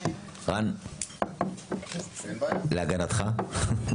רן, להגנתך?